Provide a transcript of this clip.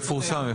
יפורסם.